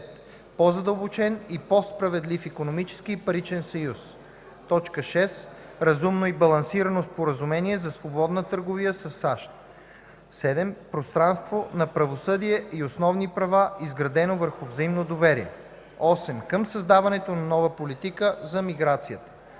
По-задълбочен и по-справедлив икономически и паричен съюз. 6. Разумно и балансирано споразумение за свободна търговия със САЩ. 7. Пространство на правосъдие и основни права, изградено върху взаимно доверие. 8. Към създаването на нова политика за миграцията.